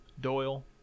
Doyle